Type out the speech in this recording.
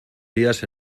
dias